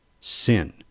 sin